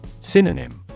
Synonym